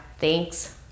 Thanks